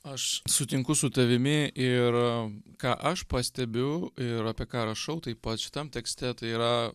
aš sutinku su tavimi ir ką aš pastebiu ir apie ką rašau taip pat šitam tekste tai yra